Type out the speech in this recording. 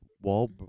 wall